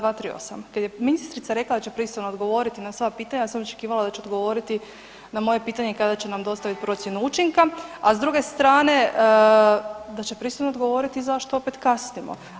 238., kad je ministrica rekla da će pristojno odgovoriti na sva pitanja ja sam očekivala da će odgovoriti na moje pitanje kada će nam dostaviti procjenu učinka, a s druge strane da će pristojno odgovorit zašto opet kasnimo.